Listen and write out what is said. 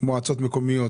מועצות מקומיות.